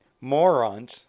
morons